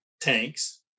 tanks